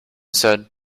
said